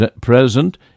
present